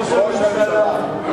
שונה החוק, שונה החוק.